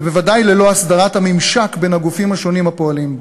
ובוודאי ללא הסדרת הממשק בין הגופים השונים הפועלים בו.